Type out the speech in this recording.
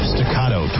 Staccato